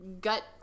gut